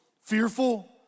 fearful